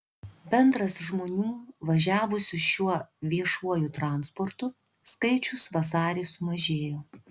bendras žmonių važiavusių šiuo viešuoju transportu skaičius vasarį sumažėjo